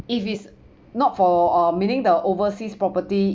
if it's not for uh meaning the overseas property